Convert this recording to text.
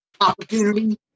opportunity